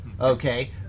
okay